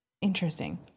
interesting